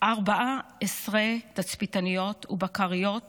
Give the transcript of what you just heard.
14 תצפיתניות ובקריות